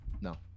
No